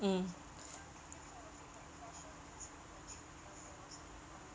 mm